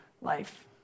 life